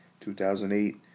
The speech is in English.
2008